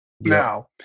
Now